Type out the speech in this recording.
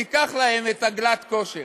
ניקח להם את הגלאט-כשר.